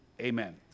Amen